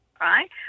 right